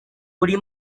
buri